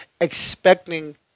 expecting